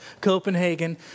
Copenhagen